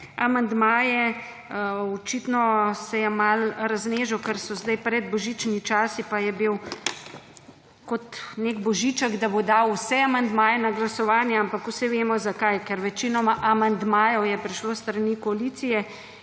amandmaje. Očitno se je malo raznežil, ker so zdaj predbožični časi, pa je bil kot nek Božiček, da bo dal vse amandmaje na glasovanje. Ampak vsi vemo zakaj – ker večinoma amandmajev je prišlo s strani koalicije